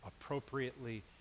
appropriately